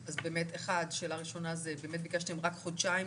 אז באמת שאלה ראשונה זה ביקשתם רק חודשיים,